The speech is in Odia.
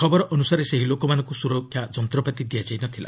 ଖବର ଅନୁସାରେ ସେହି ଲୋକମାନଙ୍କୁ କୌଣସି ସୁରକ୍ଷା ଯନ୍ତ୍ରପାତ ଦିଆଯାଇ ନଥିଲା